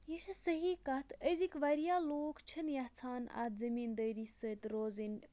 یہِ چھِ صحیح کَتھ أزِکۍ واریاہ لوٗکھ چھِنہٕ یَژھان اَتھ زٔمیٖندٲری سۭتۍ روزٕنۍ